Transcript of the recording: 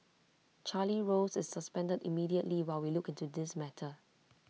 Charlie rose is suspended immediately while we look into this matter